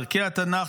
ערכי התנ"ך,